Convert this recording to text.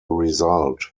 result